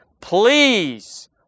Please